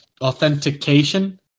authentication